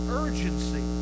urgency